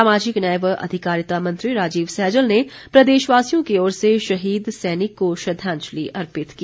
सामाजिक न्याय व अधिकारिता मंत्री राजीव सैजल ने प्रदेशवासियों की ओर से शहीद सैनिक को श्रद्धांजलि अर्पित की